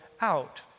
out